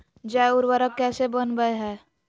जैव उर्वरक कैसे वनवय हैय?